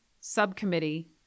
subcommittee